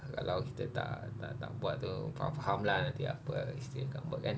kalau kita tak tak tak buat itu faham-faham lah nanti apa isteri akan buat kan